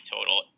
total